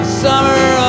summer